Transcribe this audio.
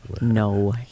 No